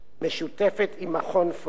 משותפת עם מכון פוירשטיין,